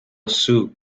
sue